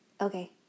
okay